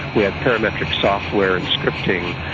we have parametric software and scripting,